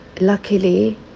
Luckily